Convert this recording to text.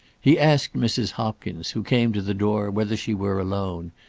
he asked mrs. hopkins who came to the door whether she were alone,